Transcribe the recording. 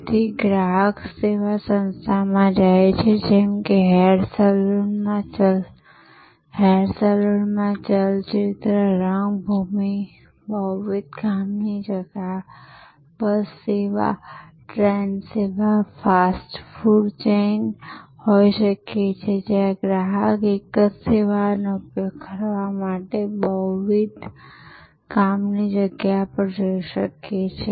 તેથી ગ્રાહક સેવા સંસ્થામાં જાય છે જેમ કે હેર સલૂનમાં ચલચિત્ર રંગભૂમિ બહુવિધ કામની જગા બસ સેવા ટ્રેન સેવા ફાસ્ટ ફૂડ ચેઇન હોઈ શકે છે જ્યાં ગ્રાહક એક જ સેવાનો ઉપયોગ કરવા માટે બહુવિધ કામની જગ્યા પર જઈ શકે છે